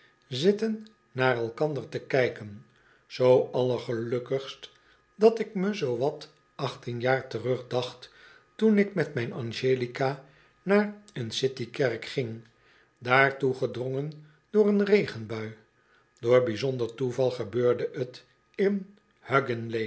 zitten naar elkander te kijken zoo allergelukkigst dat ik me zoo wat achttien jaar terugdacht toen ik met mijn angelica naar een